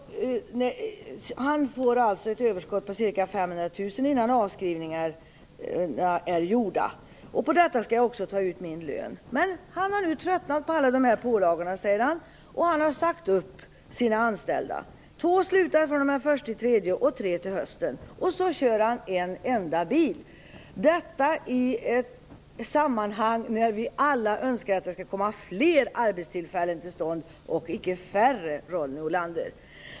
Jag får ett överskott på ca 500 000 kr innan avskrivningarna är gjorda. På detta skall jag också ta ut min lön. Han har nu tröttnat på alla dessa pålagor, säger han. Han har sagt upp sina anställda. Två slutar den 1 mars och tre till hösten. Då kör han en enda bil. Detta sker i ett sammanhang när vi alla önskar att det skall komma fler och icke färre arbetstillfällen till stånd, Ronny Olander!